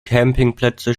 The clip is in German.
campingplätze